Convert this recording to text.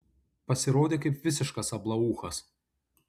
pasirodė kaip visiškas ablaūchas